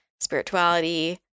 spirituality